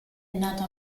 nato